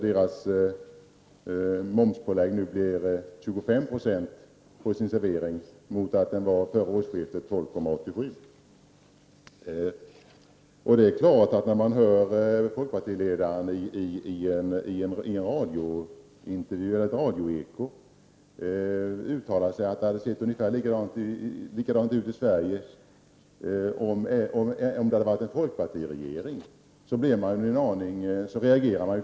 Dess momspålägg på serveringsverksamheten blir då 25 96 mot före årsskiftet 12,87 9o Jag reagerade kraftfullt när jag hörde folkpartiledaren i ett radioeko uttala att det hade sett ungefär likadant ut i Sverige, om vi hade haft en folkpartiregering.